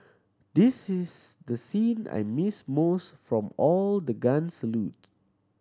this is the scene I missed most from all the guns salute